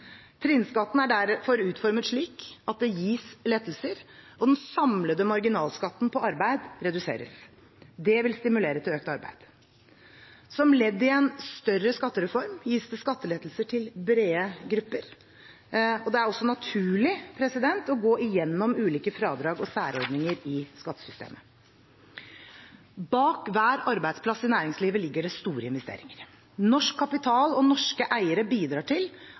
Trinnskatten er derfor utformet slik at det gis lettelser, og den samlede marginalskatten på arbeid reduseres. Det vil stimulere til økt arbeid. Som ledd i en større skattereform, der det gis skattelettelser til brede grupper, er det naturlig å gå gjennom ulike fradrag og særordninger i skattesystemet. Bak hver arbeidsplass i næringslivet ligger det store investeringer. Norsk kapital og norske eiere bidrar til